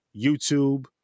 YouTube